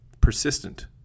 persistent